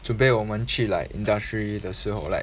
准备我们去 like industry 的时候 like